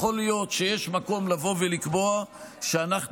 יכול להיות שיש מקום לבוא ולקבוע שאנחנו